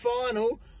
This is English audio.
final